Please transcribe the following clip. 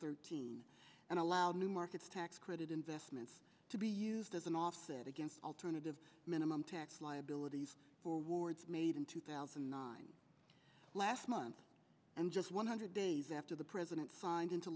thirteen and allows new markets tax credit investments to be used as an offset against alternative minimum tax liabilities forewards made in two thousand and nine last month and just one hundred days after the president signed into